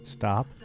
Stop